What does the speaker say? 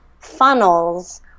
funnels